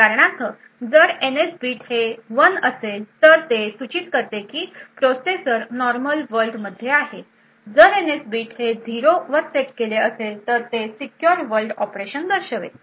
उदाहरणार्थ जर NS bit 1 बरोबर असेल तर ते सूचित करते की प्रोसेसर नॉर्मल वर्ल्ड मध्ये आहे जर एनएस बिट 0 वर सेट केले असेल तर ते सिक्योर वर्ल्ड ऑपरेशन दर्शवेल